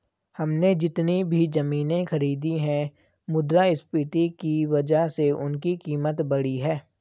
हमने जितनी भी जमीनें खरीदी हैं मुद्रास्फीति की वजह से उनकी कीमत बढ़ी है